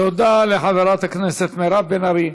תודה לחברת הכנסת מירב בן ארי.